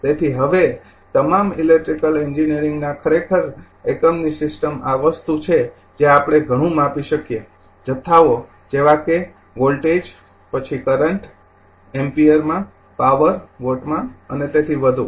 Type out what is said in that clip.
તેથી હવે તમામ ઇલેક્ટ્રિકલ એન્જિનિયરમાં ખરેખર એકમની સિસ્ટમ આ વસ્તુ છે જે આપણે ઘણું માપી શકીએ જથ્થાઓ જેવા કે વોલ્ટેજ પછી કરંટ એમ્પીયર પાવર વોટ અને તેથી વધુ